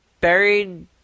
buried